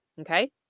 okay